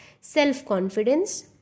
self-confidence